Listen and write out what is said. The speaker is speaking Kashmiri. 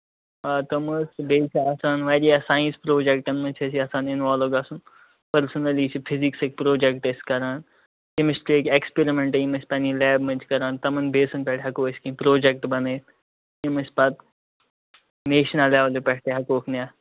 آ تِم ٲسۍ بیٚیہِ تہِ آسان واریاہ ساینَس پرٛوجٮ۪کٹن منٛز چھِ یَژھان أسۍ اِنوالوٗ گژھُن پٔرسنلی چھِ فِزیٖکسٕکۍ پرٛوجٮ۪کٹ أسۍ کران تٔمِس تہِ ہیٚکہِ ایٚکٔسپٔرمٮ۪نٛٹ یٔمِس پنٕنۍ لیبہٕ منٛز چھِ کران تِمن بیٚسن پٮ۪ٹھ ہیٚکو أسۍ کیٚنٛہہ پرٛوجٮ۪کٹ بنٲوِتھ یِم أسۍ پَتہٕ نیشنل لیٚولہِ پٮ۪ٹھ تہِ ہیٚکہوکھ نِتھ